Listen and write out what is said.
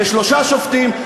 בשלושה שופטים,